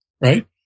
right